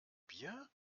bier